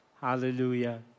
Hallelujah